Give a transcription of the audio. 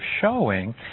showing